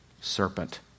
Serpent